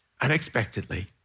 unexpectedly